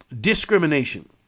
discrimination